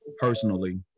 personally